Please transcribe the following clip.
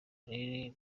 lin